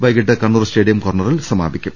വൈകിട്ട് കണ്ണൂർ സ്റ്റേഡിയം കോർണറിൽ സമാപിക്കും